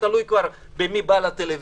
תלוי במי בא לטלוויזיה.